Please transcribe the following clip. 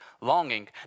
longing